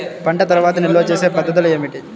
పంట తర్వాత నిల్వ చేసే పద్ధతులు ఏమిటి?